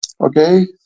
Okay